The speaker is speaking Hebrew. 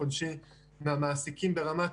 לא.